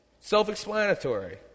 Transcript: self-explanatory